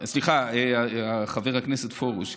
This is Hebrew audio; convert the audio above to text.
סליחה, חבר הכנסת פרוש.